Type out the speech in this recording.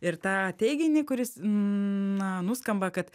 ir tą teiginį kuris na nuskamba kad